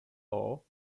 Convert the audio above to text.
law